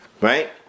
Right